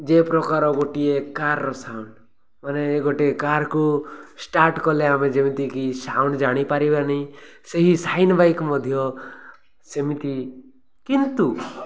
ଯେ ପ୍ରକାର ଗୋଟିଏ କାର୍ର ସାଉଣ୍ଡ ମାନେ ଗୋଟେ କାର୍କୁ ଷ୍ଟାର୍ଟ କଲେ ଆମେ ଯେମିତିକି ସାଉଣ୍ଡ ଜାଣିପାରିବାନି ସେହି ସାଇନ୍ ବାଇକ୍ ମଧ୍ୟ ସେମିତି କିନ୍ତୁ